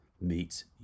meets